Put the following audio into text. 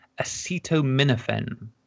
acetaminophen